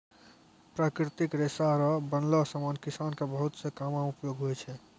प्राकृतिक रेशा रो बनलो समान किसान के बहुत से कामो मे उपयोग हुवै छै